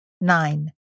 nine